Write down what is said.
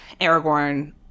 aragorn